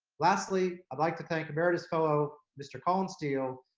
lastly, i'd like to thank emeritus fellow, mr. colin steele,